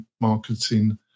marketing